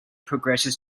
progresses